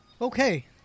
Okay